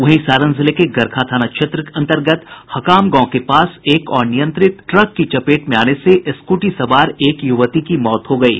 वहीं सारण जिले के गरखा थाना क्षेत्र अंतर्गत हकाम गांव के पास एक अनियंत्रित ट्रक की चपेट में आने से स्कूटी सवार एक युवती की मौत हो गयी